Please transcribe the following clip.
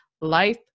life